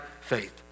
faith